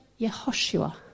Yehoshua